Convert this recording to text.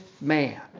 man